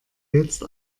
jetzt